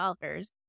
dollars